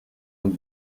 with